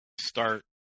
start